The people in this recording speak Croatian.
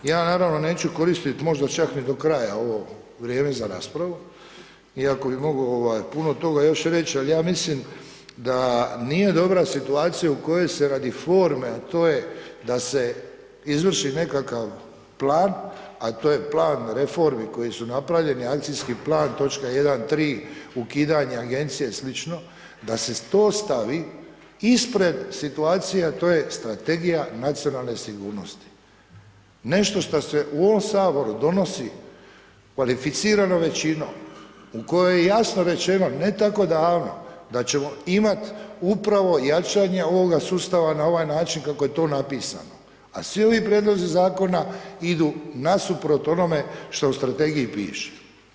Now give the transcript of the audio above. Ja naravno neću koristit možda ni do kraja ovo vrijeme za raspravu, iako bi mogao ovaj puno toga još reć, al ja mislim da nije dobra situacija u kojoj se radi forme, a to je da se izvrši nekakav plan, a to je plan reformi koje su napravljene, akcijski plan točka 1.3. ukidanja agencija i slično, da se to stavi ispred situacije a to je Strategije nacionalne sigurnosti, nešto šta se u ovom saboru donosi kvalificiranom većinom u kojoj je jasno rečeno ne tako davno da ćemo imat upravo jačanje ovoga sustava na ovaj način kako je to napisano, a svi ovi prijedlozi zakona idu nasuprot onome što u strategiji piše.